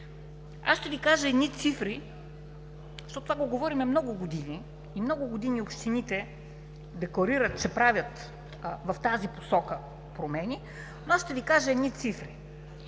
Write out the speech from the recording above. Ще Ви кажа едни цифри, защото това го говорим от много години. От много години общините декларират, че правят в тази посока промени, но ще Ви кажа цифрите.